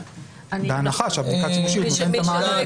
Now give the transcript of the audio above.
בהנחת שבדיקת השימושיות נותנת את המענה.